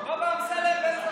אמסלם, תראה.